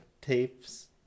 tapes